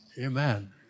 Amen